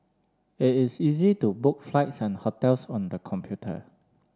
it is easy to book flights and hotels on the computer